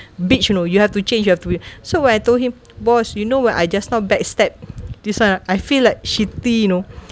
bitch you know you have to change you have to be so when I told him boss you know when I just now backstab this [one] I feel like shitty you know